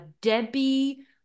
debbie